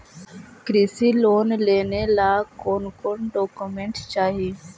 कृषि लोन लेने ला कोन कोन डोकोमेंट चाही?